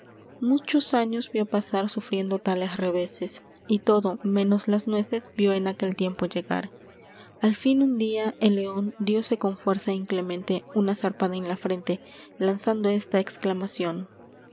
muchos años vió pasar sufriendo tales reveses y todo menos las nueces vió en aquel tiempo llegar a l fin un día el león dióse con fuerza inclemente una zarpada en la frente lanzando esta exclamación